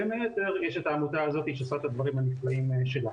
בין היתר יש את העמותה הזאת שעושה את הדברים הנפלאים שלה,